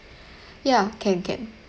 ya can can